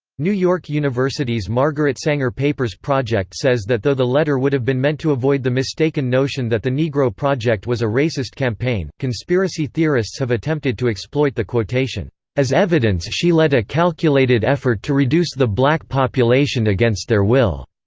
new york university's margaret sanger papers project says that though the letter would have been meant to avoid the mistaken notion that the negro project was a racist campaign, conspiracy theorists have attempted to exploit the quotation as evidence she led a calculated effort to reduce the black population against their will.